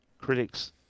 critics